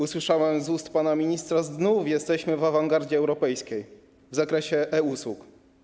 Usłyszałem z ust pana ministra: znów jesteśmy w awangardzie europejskiej w zakresie e-usług.